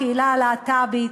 הקהילה הלהט"בית.